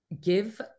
give